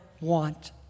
want